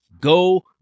go